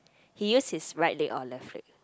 he used his right leg or left leg